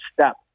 step